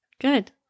good